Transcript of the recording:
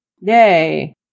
Yay